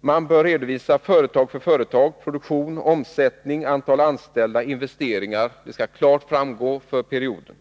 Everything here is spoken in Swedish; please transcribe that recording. Man bör företag för företag redovisa produktion, omsättning, antal anställda, investeringar — det skall klart framgå för perioden.